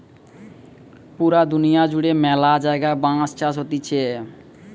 পুরা দুনিয়া জুড়ে ম্যালা জায়গায় বাঁশ চাষ হতিছে